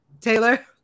Taylor